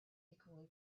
equally